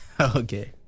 Okay